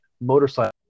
motorcycle